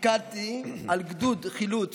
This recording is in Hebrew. פיקדתי על גדוד חילוץ